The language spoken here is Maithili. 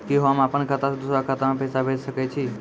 कि होम अपन खाता सं दूसर के खाता मे पैसा भेज सकै छी?